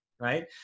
right